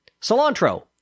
Cilantro